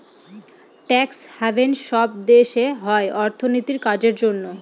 tax haven সব দেশে হয় অর্থনীতির কাজের জন্য